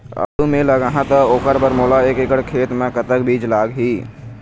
आलू मे लगाहा त ओकर बर मोला एक एकड़ खेत मे कतक बीज लाग ही?